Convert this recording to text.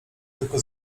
tylko